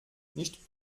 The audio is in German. nicht